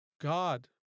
God